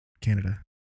Canada